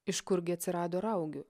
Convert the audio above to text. iš kurgi atsirado raugių